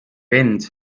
end